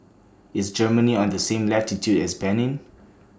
IS Germany on The same latitude as Benin